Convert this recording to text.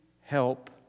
help